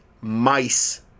mice